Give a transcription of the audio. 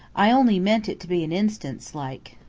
i only meant it to be an instance like.